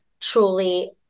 truly